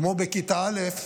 כמו בכיתה א',